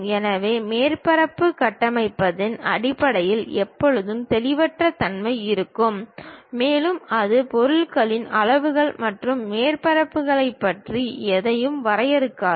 எனவே மேற்பரப்பு கட்டுமானத்தின் அடிப்படையில் எப்போதும் தெளிவற்ற தன்மை இருக்கும் மேலும் அது பொருளின் அளவுகள் மற்றும் மேற்பரப்புகளைப் பற்றி எதையும் வரையறுக்காது